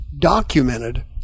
documented